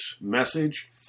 message